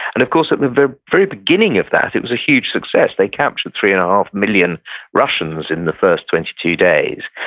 and of course at the very beginning of that, it was a huge success. they captured three and a half million russians in the first twenty two days.